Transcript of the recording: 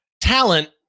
talent